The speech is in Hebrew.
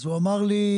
הוא אמר לי: